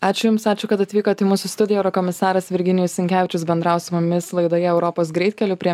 ačiū jums ačiū kad atvykot į mūsų studiją eurokomisaras virginijus sinkevičius bendravo su mumis laidoje europos greitkeliu prie